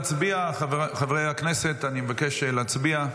חברי הכנסת, אני מבקש להצביע,